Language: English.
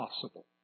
possible